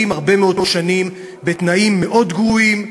הרבה מאוד שנים בתנאים מאוד גרועים,